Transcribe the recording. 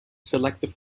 selective